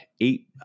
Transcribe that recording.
eight